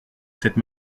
cette